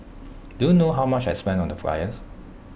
do you know how much I spent on the flyers